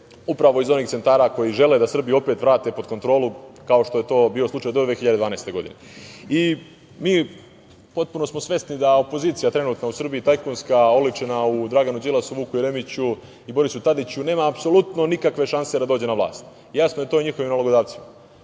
upravo iz onih centara koji žele da Srbiju vrate pod kontrolu, kao što je to bio slučaj do 2021. godine. Svesni smo da opozicija trenutno u Srbiji, tajkunska, oličena u Draganu Đilasu, Vuku Jeremiću i Borisu Tadiću, nema apsolutno nikakve šanse da dođe na vlast. Jasno je to njihovim nalogodavcima.